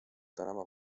tänava